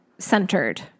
centered